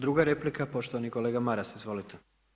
Druga replika, poštovani kolega Maras, izvolite.